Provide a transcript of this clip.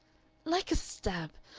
like a stab.